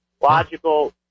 logical